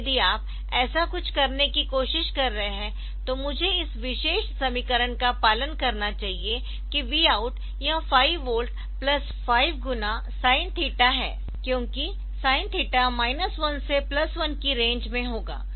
तो यदि आप ऐसा कुछ करने की कोशिश कर रहे है तो मुझे इस विशेष समीकरण का पालन करना चाहिए कि vout यह 5 वोल्ट प्लस 5 गुणा sine theta Vout 5V 5 x Sin𝛉 है क्योंकि Sin𝛉 माइनस 1 से प्लस 1 की रेंज में होगा